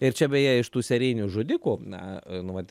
ir čia beje iš tų serijinių žudikų na nu vat